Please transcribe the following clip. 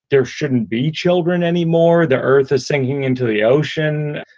there shouldn't be children anymore, the earth is sinking into the ocean.